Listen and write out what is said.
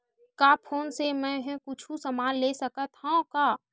का फोन से मै हे कुछु समान ले सकत हाव का?